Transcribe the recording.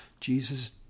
Jesus